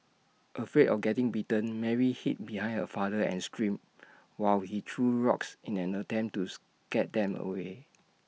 afraid of getting bitten Mary hid behind her father and screamed while he threw rocks in an attempt to scare them away